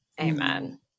Amen